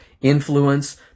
influence